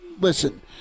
listen